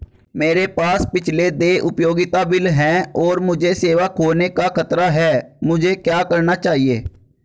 मेरे पास पिछले देय उपयोगिता बिल हैं और मुझे सेवा खोने का खतरा है मुझे क्या करना चाहिए?